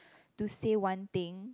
to say one thing